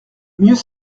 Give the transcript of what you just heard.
mieux